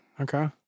okay